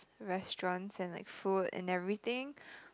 restaurants and like food and everything